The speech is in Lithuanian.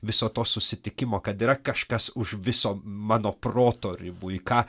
viso to susitikimo kad yra kažkas už viso mano proto ribų į ką